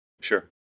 Sure